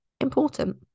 important